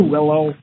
Willow